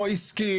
או עסקית,